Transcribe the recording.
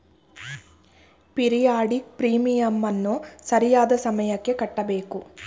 periodic ಪ್ರೀಮಿಯಂನ್ನು ಸರಿಯಾದ ಸಮಯಕ್ಕೆ ಕಟ್ಟಬೇಕು